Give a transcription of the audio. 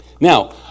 Now